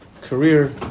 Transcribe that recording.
career